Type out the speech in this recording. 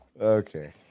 Okay